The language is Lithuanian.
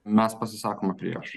mes pasisakome prieš